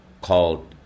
called